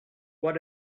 what